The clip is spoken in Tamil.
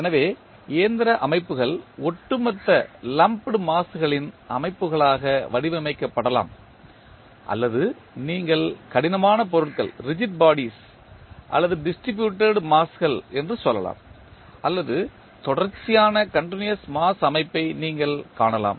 எனவே இயந்திர அமைப்புகள் ஒட்டுமொத்த மாஸ்களின் அமைப்புகளாக வடிவமைக்கப்படலாம் அல்லது நீங்கள் கடினமான பொருட்கள் அல்லது டிஸ்ட்ரிபியூட்டட் மாஸ்கள் என்று சொல்லலாம் அல்லது தொடர்ச்சியான மாஸ் அமைப்பை நீங்கள் காணலாம்